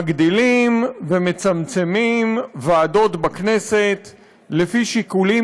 מגדילים ומצמצמים ועדות בכנסת לפי שיקולים